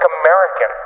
American